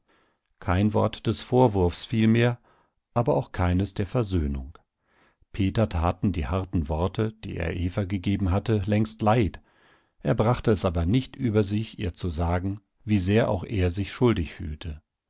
kein wort des vorwurfs fiel mehr aber auch keines der versöhnung peter taten die harten worte die er eva gegeben hatte längst leid er brachte es aber nicht über sich ihr zu sagen wie sehr auch er sich schuldig fühlte